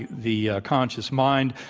the conscious mind.